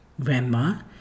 Grandma